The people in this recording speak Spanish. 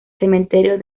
cementerio